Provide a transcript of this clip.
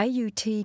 AUT